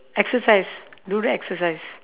exercise do the exercise